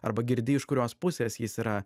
arba girdi iš kurios pusės jis yra